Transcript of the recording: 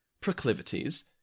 proclivities